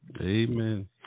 Amen